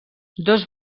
dos